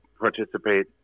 participate